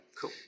Cool